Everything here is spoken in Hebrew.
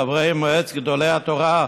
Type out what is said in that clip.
חברי מועצת גדולי התורה,